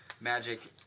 Magic